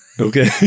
Okay